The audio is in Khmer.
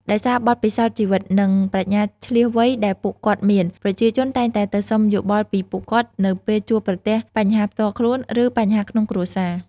ដោយសារបទពិសោធន៍ជីវិត និងប្រាជ្ញាឈ្លាសវៃដែលពួកគាត់មាន ប្រជាជនតែងតែទៅសុំយោបល់ពីពួកគាត់នៅពេលជួបប្រទះបញ្ហាផ្ទាល់ខ្លួន ឬបញ្ហាក្នុងគ្រួសារ។